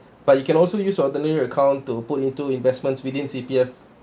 but you can also use ordinary account to put into investments within C_P_F